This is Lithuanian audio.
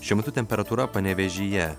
šiuo metu temperatūra panevėžyje